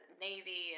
Navy